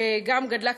שגדלה,